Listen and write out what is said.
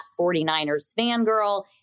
49ersFangirl